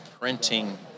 printing